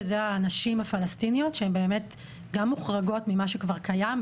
שזה הנשים הפלסטיניות שהן באמת גם מוחרגות ממה שכבר קיים,